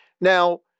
Now